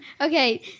Okay